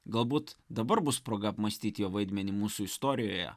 galbūt dabar bus proga apmąstyt jo vaidmenį mūsų istorijoje